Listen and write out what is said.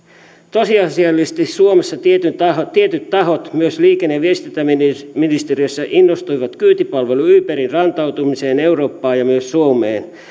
tosiasiallisesti suomessa tietyt tahot tietyt tahot myös liikenne ja viestintäministeriössä innostuivat kyytipalvelu uberin rantautumisesta eurooppaan ja myös suomeen